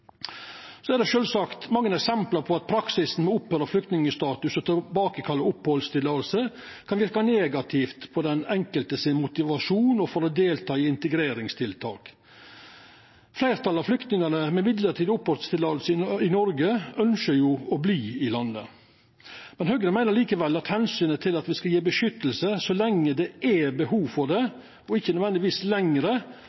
Det er sjølvsagt mange eksempel på at praksisen med opphør av flyktningstatus og tilbakekalling av opphaldsløyve kan verka negativt på den enkeltes motivasjon for å delta i integreringstiltak. Fleirtalet av flyktningar med mellombels opphaldsløyve i Noreg ønskjer jo å verta i landet. Høgre meiner likevel at omsynet til at me skal gje beskyttelse så lenge det er behov for